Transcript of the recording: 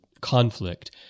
conflict